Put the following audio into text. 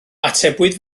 atebwyd